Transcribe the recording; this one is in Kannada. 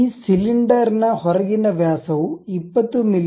ಈ ಸಿಲಿಂಡರ್ನ ಹೊರಗಿನ ವ್ಯಾಸವು 20 ಮಿ